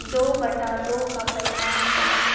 दो बटा दो का परिणाम क्या है